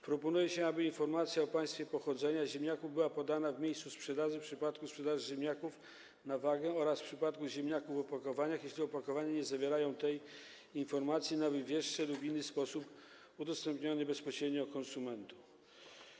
Proponuje się, aby informacja o państwie pochodzenia ziemniaków była podana w miejscu sprzedaży w przypadku ziemniaków sprzedawanych na wagę oraz w przypadku ziemniaków w opakowaniach, jeśli opakowania nie zawierają tej informacji na wywieszce, lub była w inny sposób udostępniona bezpośrednio konsumentom.